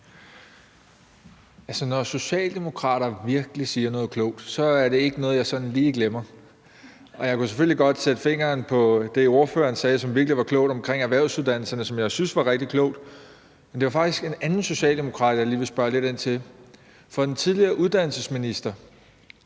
når socialdemokrater virkelig siger noget klogt, er det ikke noget, jeg sådan lige glemmer. Jeg kunne selvfølgelig godt sætte fingeren på det, ordføreren sagde, som virkelig var klogt, omkring erhvervsuddannelserne, som jeg synes var rigtig klogt, men det var faktisk en anden socialdemokrat, jeg lige vil spørge lidt ind til. For den tidligere uddannelsesminister